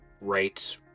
right